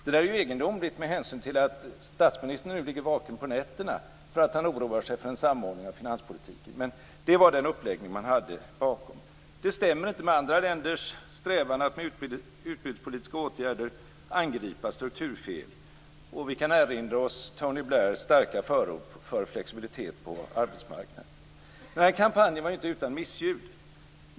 Det är ju egendomligt med hänsyn till att statsministern nu ligger vaken på nätterna för att han oroar sig för en samordning av finanspolitiken, men det var den uppläggning man hade. Detta stämmer inte överens med andra länders strävan att med utbudspolitiska åtgärder angripa strukturfel. Vi kan erinra oss Tony Blairs starka förord för flexibilitet på arbetsmarknaden. Den här kampanjen var inte utan missljud.